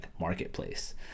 marketplace